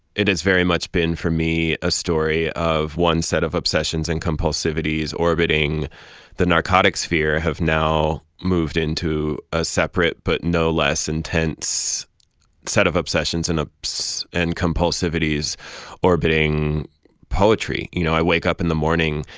it has very much been, for me, a story of one set of obsessions and compulsivities orbiting the narcotics sphere have now moved into a separate but no less intense set of obsessions ah so and compulsivities orbiting poetry you know, i wake up in the morning,